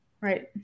right